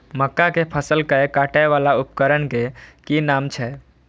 मक्का के फसल कै काटय वाला उपकरण के कि नाम छै?